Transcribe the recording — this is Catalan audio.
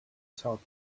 xoc